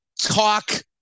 talk